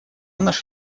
наш